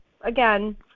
again